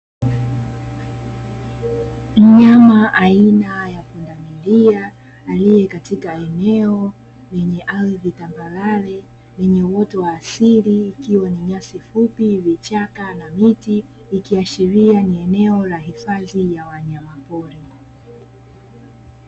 Mnyama aina ya pundamilia, aliye katika eneo lenye ardhi tambarare lenye uoto wa asili, ikiwa nyasi fupi, vichaka na miti, ikiashiria ni eneo la hifadhi ya wanyama pori.